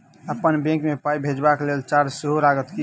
अप्पन बैंक मे पाई भेजबाक लेल चार्ज सेहो लागत की?